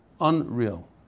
unreal